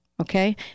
Okay